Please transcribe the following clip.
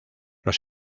los